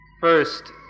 First